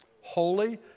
Holy